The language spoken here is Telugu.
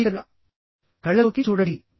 స్పీకర్ కళ్ళలోకి చూడండి